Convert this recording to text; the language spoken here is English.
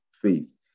faith